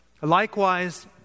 likewise